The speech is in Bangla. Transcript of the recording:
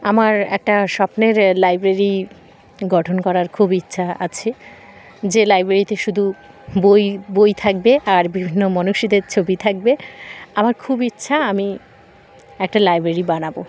আমার একটা স্বপ্নের লাইব্রেরি গঠন করার খুব ইচ্ছা আছে যে লাইব্রেরিতে শুধু বই বই থাকবে আর বিভিন্ন মনীষীদের ছবি থাকবে আমার খুব ইচ্ছা আমি একটা লাইব্রেরি বানাবো